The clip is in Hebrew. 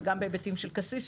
וגם בהיבטים של קסיס,